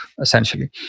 essentially